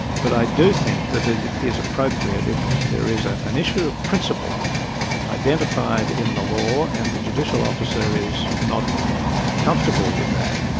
but i do think that it is appropriate if there is ah an issue of principle identified in the law and the judicial officer is not comfortable with that,